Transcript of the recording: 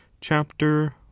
chapter